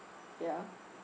ya